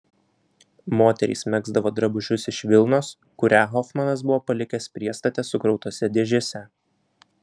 moterys megzdavo drabužius iš vilnos kurią hofmanas buvo palikęs priestate sukrautose dėžėse